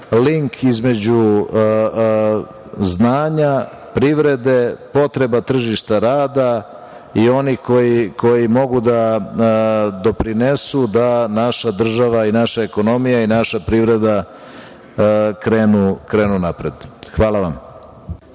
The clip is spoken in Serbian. link između znanja privrede, potrebe tržišta rada i onih koji mogu da doprinesu da naša država i naša ekonomija i naša privreda, krenu napred. Hvala vam.